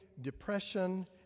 depression